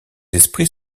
esprits